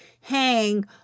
hang